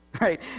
right